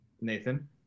Nathan